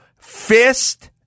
fist